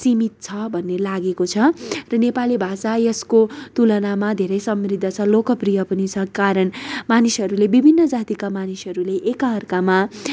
सिमित छ भन्ने लागेको छ र नेपाली भाषा यसको तुलनामा धेरै समृद्ध छ लोकप्रिय पनि छ कारण मानिसरूले विभिन्न जातिका मानिसहरूले एकाअर्कामा